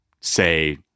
say